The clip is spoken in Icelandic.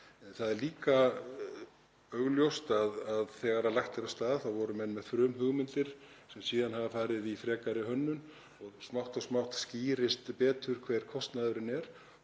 Það er líka augljóst að þegar lagt var af stað voru menn með frumhugmyndir sem síðan hafa farið í frekari hönnun og smátt og smátt skýrist betur hver kostnaðurinn er.